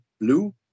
blue